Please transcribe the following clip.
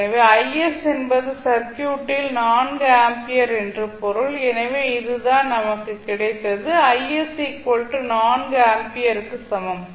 எனவே என்பது சர்க்யூட்டில் 4 ஆம்பியர் என்று பொருள் எனவே இது தான் நமக்கு கிடைத்தது 4 ஆம்பியருக்கு சமம்